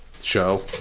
show